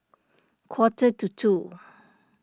quarter to two